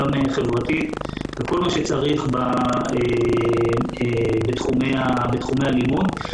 גם חברתית וכל מה שצריך בתחומי הלימוד.